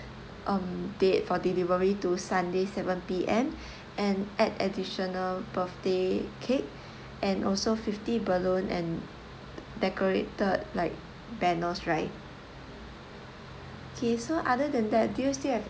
um date for delivery to sunday seven P_M and add additional birthday cake and also fifty balloon and decorated like panels right okay so other than that do you still have